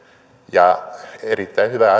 ja erittäin hyvä